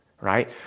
right